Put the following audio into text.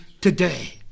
today